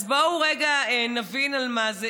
אז בואו רגע נבין על מה זה.